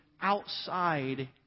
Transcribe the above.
outside